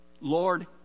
Lord